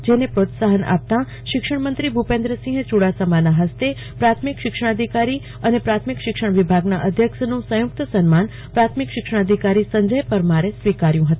જેને પ્રોત્સાહન આપતાં શિક્ષણમંત્રી ભુપેન્દ્રસિંહ ચુડાસમાના હસ્ત પ્રાથમિક શિક્ષણાધિકારી અ ને પ્રાથમિક શિક્ષણ વિભાગના અધ્યક્ષન સંયુકત સન્માન પ્રાર્થમિક શિક્ષણાધિકારી સંજય પરમારે સ્વીક ાર્યું હત